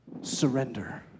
Surrender